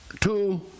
two